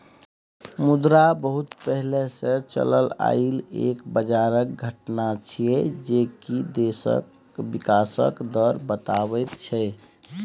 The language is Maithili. मुद्रा बहुत पहले से चलल आइल एक बजारक घटना छिएय जे की देशक विकासक दर बताबैत छै